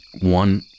one